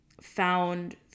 found